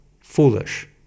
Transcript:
foolish